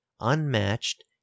unmatched